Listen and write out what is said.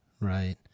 right